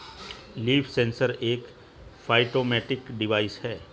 leaf sensor एक phytometric device है